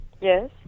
Yes